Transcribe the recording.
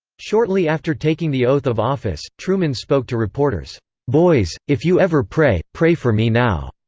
shortly after taking the oath of office, truman spoke to reporters boys, if you ever pray, pray for me now.